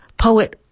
poet